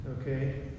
Okay